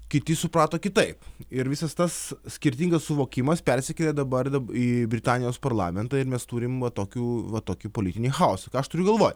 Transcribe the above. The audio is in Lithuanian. kiti suprato kitaip ir visas tas skirtingas suvokimas persikėlė dabar į britanijos parlamentą ir mes turim va tokių va tokį politinį chaosą ką aš turiu galvoj